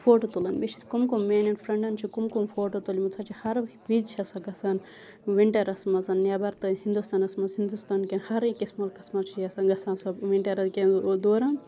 photo تُلُن مےٚ چھِ کم کم میانن فرنڈَن چھِ کم کم فوٹو تُلمٕتۍ سۄ چھِ ہر وِز چھِ سۄ گَژھان وِنٹَرَس مَنٛز نیٚبَر تہٕ ہِندُستانَس مَنٛز ہِندُستان کیٚن ہر أکِس مُلکَس مَنٛز چھِ یَژھان گَژھان سۄ وِنٹَر کیٚن دوران